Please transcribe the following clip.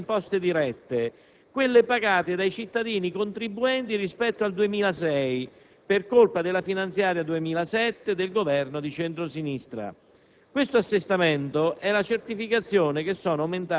Nel 2007 è cresciuto il peso delle imposte dirette, quelle pagate dai cittadini contribuenti, rispetto al 2006 per colpa della finanziaria 2007 del Governo di centro-sinistra.